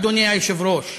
אדוני היושב-ראש,